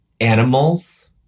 animals